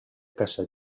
caça